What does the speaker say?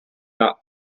not